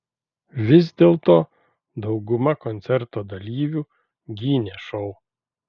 vis dėlto dauguma koncerto dalyvių gynė šou